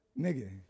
Nigga